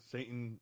Satan